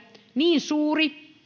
niin suuri